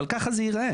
אבל ככה זה ייראה.